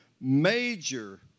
major